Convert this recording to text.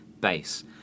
base